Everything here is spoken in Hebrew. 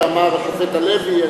שאמר השופט הלוי.